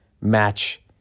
match